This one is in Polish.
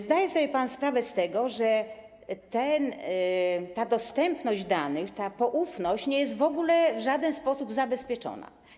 Zdaje sobie pan sprawę z tego, że ta dostępność danych, ta poufność nie jest w żaden sposób zabezpieczona.